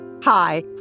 Hi